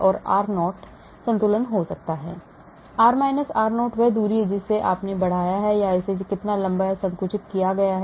r0 संतुलन हो सकता है r r0 वह दूरी है जिसे आपने बढ़ाया है या इसे कितना लम्बा या संकुचित किया गया है